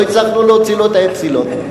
לא הצלחנו להוציא לו את האפסילון.